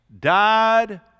died